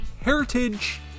Heritage